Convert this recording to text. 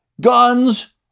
Guns